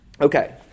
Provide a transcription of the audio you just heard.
okay